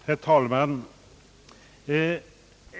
Herr talman!